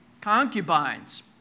concubines